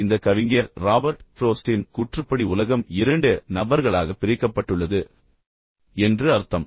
எனவே இந்த கவிஞர் ராபர்ட் ஃப்ரோஸ்டின் கூற்றுப்படி உலகம் இரண்டு நபர்களாக பிரிக்கப்பட்டுள்ளது என்று அர்த்தம்